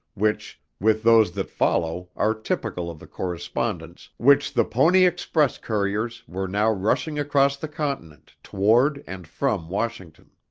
which, with those that follow are typical of the correspondence which the pony express couriers were now rushing across the continent toward and from washington.